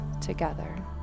together